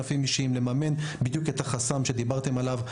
לממן את החסם שדיברתם עליו,